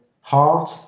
Heart